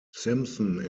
simpson